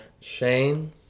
Shane